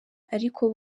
ariko